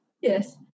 Yes